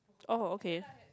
oh okay